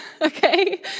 okay